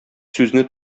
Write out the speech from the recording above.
сүзне